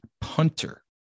punter